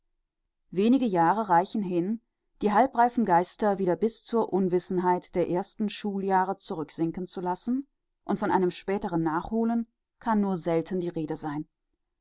wenige jahre reichen hin die halbreifen geister wieder bis zur unwissenheit der ersten schuljahre zurücksinken zu lassen und von einem späteren nachholen kann nur selten die rede sein